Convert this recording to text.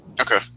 Okay